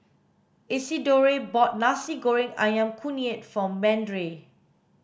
Isidore bought nasi goreng ayam kunyit for Brande